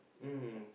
mm